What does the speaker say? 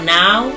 now